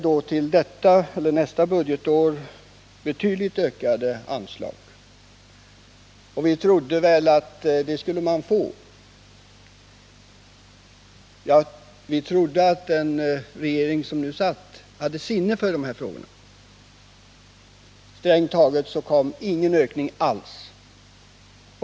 Nämnden har för nästa budgetår begärt betydligt ökade anslag. Vi trodde att den regering som nu sitter skulle ha sinne för de här frågorna, men det kom ingen anslagsökning alls.